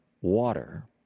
water